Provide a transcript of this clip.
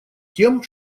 тем